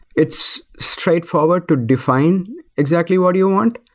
it's straightforward to define exactly what you want.